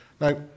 Now